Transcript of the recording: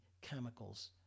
chemicals